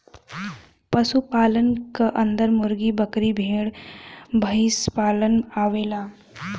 पशु पालन क अन्दर मुर्गी, बकरी, भेड़, भईसपालन आवेला